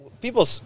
people